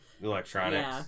Electronics